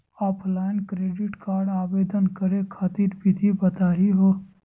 Offline credit card आवेदन करे खातिर विधि बताही हो?